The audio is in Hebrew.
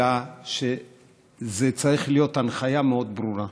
אלא זו צריכה להיות הנחיה מאוד ברורה.